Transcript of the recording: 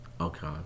Okay